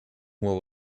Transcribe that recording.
what